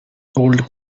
old